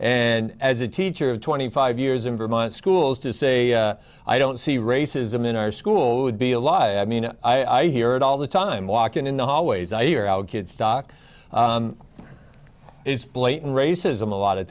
and as a teacher of twenty five years in vermont schools to say i don't see racism in our school would be a lie i mean i hear it all the time walking in the hallways i hear our kids stock it's blatant racism a lot